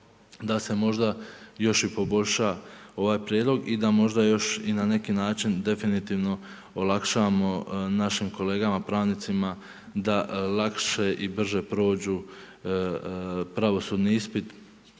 da se možda još i poboljša ovaj prijedlog i da možda još i na neki način definitivno olakšamo našim kolegama pravnicima da lakše i brže prođu pravosudni ispit